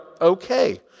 okay